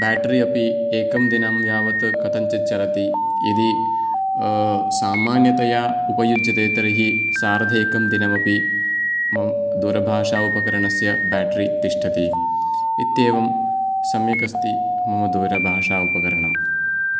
battery अपि एकं दिनं यावत् कथञ्जित् चलति यदि सामान्यतया उपयुज्यते तर्हि सार्ध एकं दिनम् अपि मम दूरभाषा उपकरणस्य बेट्री तिष्ठति इत्येवम् सम्यक् अस्ति मम दूरभाषा उपकरणम्